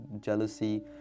jealousy